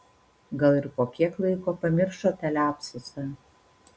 gal ir po kiek laiko pamiršo tą liapsusą